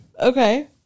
Okay